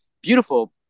beautiful